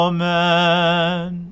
Amen